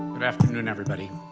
good afternoon, everybody.